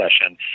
session